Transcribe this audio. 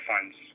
funds